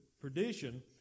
perdition